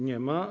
Nie ma.